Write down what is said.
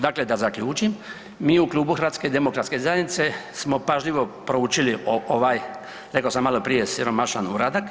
Dakle da zaključim, mi u Klubu HDZ-a smo pažljivo proučili ovaj, reko sam maloprije, siromašan uradak.